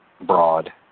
broad